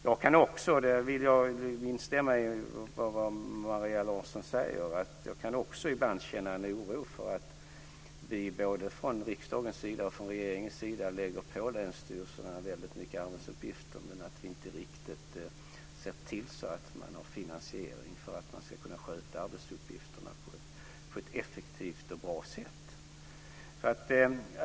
Jag kan också - där vill jag instämma i vad Maria Larsson säger - ibland känna en oro för att vi både från riksdagens och från regeringens sida lägger på länsstyrelserna väldigt mycket arbetsuppgifter, men att vi inte riktigt har sett till så att man har finansiering för att man ska kunna sköta arbetsuppgifterna på ett effektivt och bra sätt.